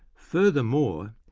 furthermore,